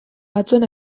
batzuen